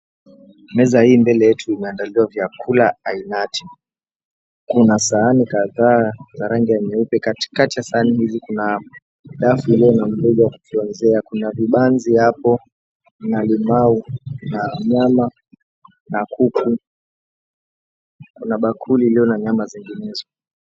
Meza hii mbele yetu imeandaliwa vyakula ainati. Kuna sahani kadhaa za rangi nyeupe. Katikati ya sahani hizi kuna dafu iliyo na uwezo wa kufyonzea. Kuna vibanzi hapo na limau na nyama na kuku. Kuna bakuli iliyo na nyama zinginezo.